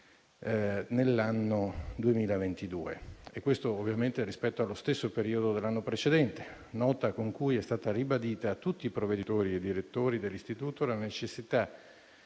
nell'anno 2022, e questo ovviamente rispetto allo stesso periodo dell'anno precedente. Con suddetta nota, è stata ribadita a tutti i provveditori e i direttori di istituto la necessità